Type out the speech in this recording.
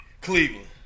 Cleveland